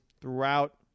throughout